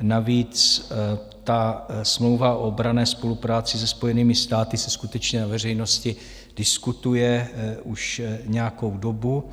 Navíc ta smlouva o obranné spolupráci se Spojenými státy se skutečně na veřejnosti diskutuje už nějakou dobu.